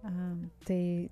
am tai